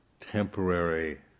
temporary